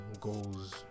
goals